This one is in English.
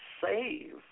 save